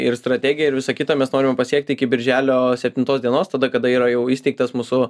ir strategija ir visa kita mes norime pasiekti iki birželio septintos dienos tada kada yra jau įsteigtas mūsų